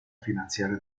finanziarie